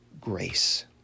grace